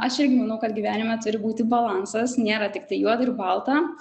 aš irgi manau kad gyvenime turi būti balansas nėra tiktai juoda ir balta